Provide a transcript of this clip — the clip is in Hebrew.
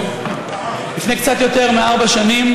מסיימת,